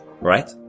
right